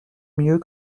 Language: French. mieux